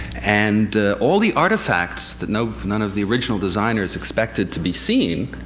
and all the artifacts that none none of the original designers expected to be seen,